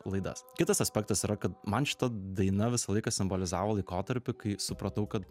laidas kitas aspektas yra kad man šita daina visą laiką simbolizavo laikotarpį kai supratau kad